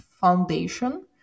foundation